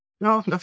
No